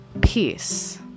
peace